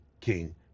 King